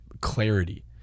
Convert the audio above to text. clarity